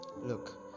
Look